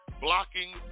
blocking